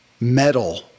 metal